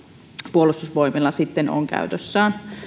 puolustusvoimilla on käytössään